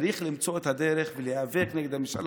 צריך למצוא את הדרך ולהיאבק נגד הממשלה